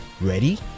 Ready